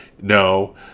no